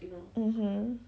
mmhmm